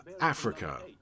Africa